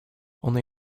only